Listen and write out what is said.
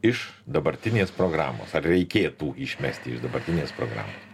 iš dabartinės programos ar reikėtų išmesti iš dabartinės programos